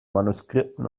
manuskripten